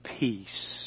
peace